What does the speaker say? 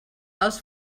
els